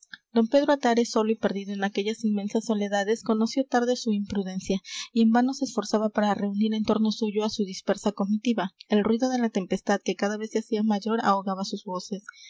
don pedro atares solo y perdido en aquellas inmensas soledades conoció tarde su imprudencia y en vano se esforzaba para reunir en torno suyo á su dispersa comitiva el ruido de la tempestad que cada vez se hacía mayor ahogaba sus voces